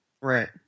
Right